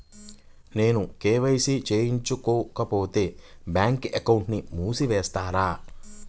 నేను కే.వై.సి చేయించుకోకపోతే బ్యాంక్ అకౌంట్ను మూసివేస్తారా?